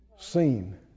Seen